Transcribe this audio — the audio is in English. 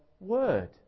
Word